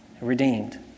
redeemed